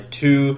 two